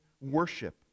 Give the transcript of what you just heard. worship